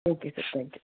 okay sir thank you